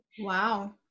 Wow